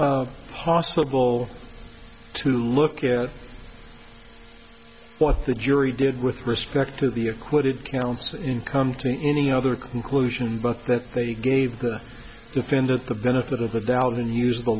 to possible to look at what the jury did with respect to the acquitted counts in come to any other conclusion but that they gave the defendant the benefit of the doubt and use the